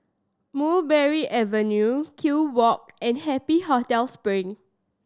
Mulberry Avenue Kew Walk and Happy Hotel Spring